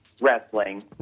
wrestling